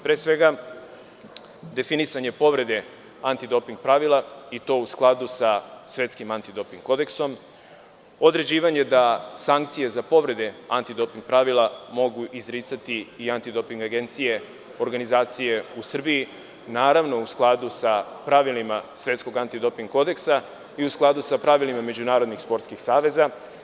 Pre svega, definisanje povrede antidoping pravila i to u skladu sa Svetskim antidoping kodeksom, određivanje da sankcije za povrede antidoping pravila mogu izricati i Antidoping agencije organizacije u Srbiji, naravno u skladu sa pravilima Svetskog antidoping kodeksa i u skladu sa pravilima međunarodnih sportskih saveza.